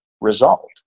result